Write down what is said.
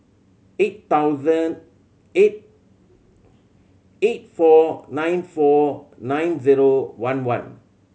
eight thousand eight eight four nine four nine zero one one